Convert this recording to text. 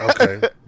Okay